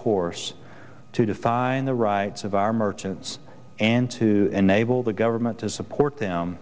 course to defying the rights of our merchants and to enable the government to support them